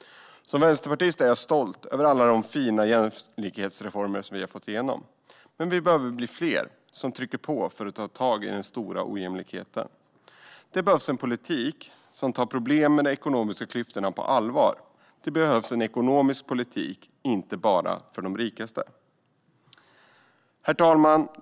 Som vänsterpartist är jag stolt över alla de fina jämlikhetsreformer som vi har fått igenom. Men vi behöver bli fler som trycker på för att ta tag i den stora ojämlikheten. Det behövs en politik som tar problemen med de ekonomiska klyftorna på allvar. Det behövs en ekonomisk politik för alla, inte bara för de rikaste. Herr talman!